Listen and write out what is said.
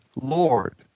Lord